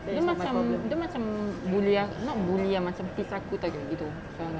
dia macam dia macam bully ah not bully ah macam pissed aku tahu cakap gitu semalam